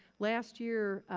last year,